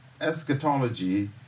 eschatology